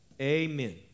Amen